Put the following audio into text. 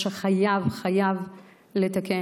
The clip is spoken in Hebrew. שחייבים חייבים לתקן.